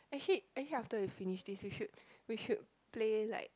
actually actually after we finish this we should we should play like